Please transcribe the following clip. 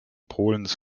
polens